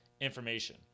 information